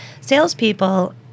Salespeople